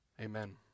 Amen